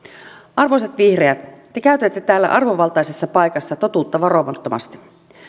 arvoisat vihreät te käytätte täällä arvovaltaisessa paikassa totuutta varomattomasti